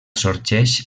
sorgeix